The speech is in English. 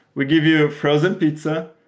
we give you ah frozen pizza,